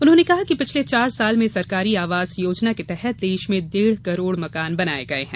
उन्होंने कहा कि पिछले चार साल में सरकारी आवास योजना के तहत देश में डेढ़ करोड़ मकान बनाए गये हैं